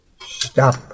stop